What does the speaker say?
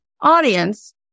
audience